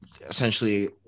essentially –